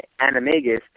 animagus